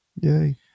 Yay